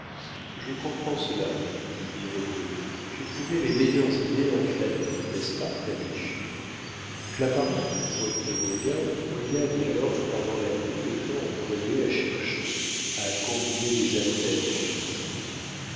je comprends cela dit birotteau j'ai trouvé mes meilleures idées en flânant n'est-ce pas ma biche claparon reprit roguin regagne alors pendant la nuit le temps employé à chercher à combiner des affaires pendant le jour